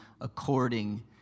according